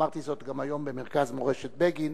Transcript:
אמרתי זאת גם היום במרכז מורשת בגין,